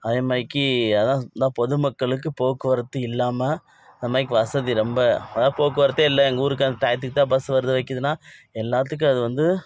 அதே மாதிரிக்கி அதுதான் இந்த பொதுமக்களுக்கு போக்குவரத்து இல்லாமல் அந்த மாதிரிக்கு வசதி ரொம்ப அதாவது போக்குவரத்தே இல்லை எங்கள் ஊருக்கு அந்த டைத்துக்கு தான் பஸ் வருது வைக்குதுன்னால் எல்லாத்துக்கும் அது வந்து